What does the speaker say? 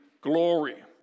glory